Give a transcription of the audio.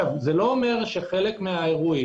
זה לא אומר שחלק מהאירועים,